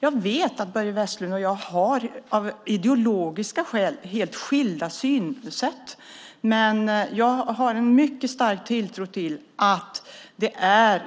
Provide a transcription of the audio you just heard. Jag vet att Börje Vestlund och jag av ideologiska skäl har helt skilda synsätt, men jag har en mycket stark tilltro till att